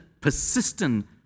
persistent